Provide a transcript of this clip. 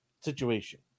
situation